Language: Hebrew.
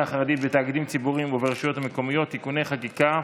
החרדית בתאגידים ציבוריים וברשויות המקומיות (תיקוני חקיקה),